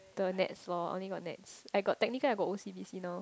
the nets loh only got nets I got technical I got O_C_B_C now